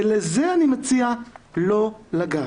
ובזה אני מציע לא לגעת.